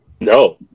No